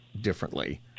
differently